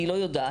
אני לא יודעת,